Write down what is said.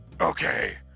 Okay